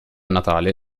natale